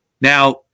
Now